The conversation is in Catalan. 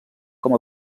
com